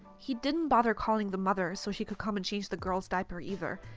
he didn't bother calling the mother so she could come and change the girls diaper, either.